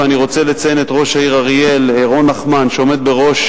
ואני רוצה לציין את ראש העיר אריאל רון נחמן שעומד בראש